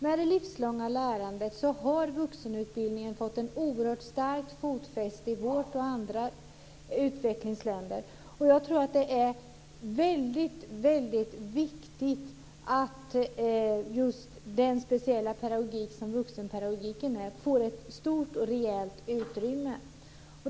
Med det livslånga lärandet har vuxenutbildningen fått ett oerhört starkt fotfäste i vårt land och andra utvecklade länder. Jag tror att det är väldigt viktigt att just den speciella pedagogik som vuxenpedagogiken är får ett stort och rejält utrymme.